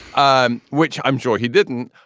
um which i'm sure he didn't.